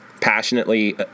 passionately